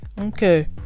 okay